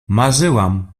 marzyłam